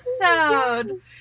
episode